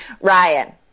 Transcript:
Ryan